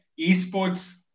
esports